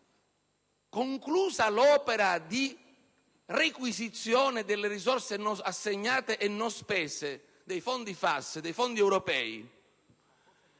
conclusa l'opera di requisizione delle risorse assegnate e non spese dei fondi FAS e dei fondi europei